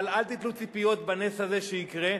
אבל אל תתלו ציפיות בנס הזה שיקרה.